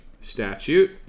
statute